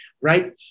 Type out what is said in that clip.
right